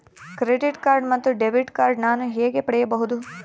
Credit card ಮತ್ತು debit card ನಾನು ಹೇಗೆ ಪಡೆಯಬಹುದು?